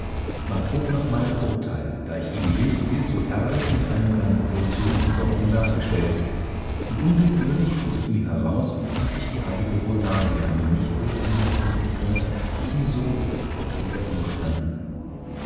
man frug nach meinem urteil da ich eben jenes bild so herrlich mit allen seinen vorzügen in worten dargestellt und unwillkürlich fuhr es mir heraus daß ich die heilige rosalia mir nicht wohl anders denken könne als ebenso wie das porträt der unbekannten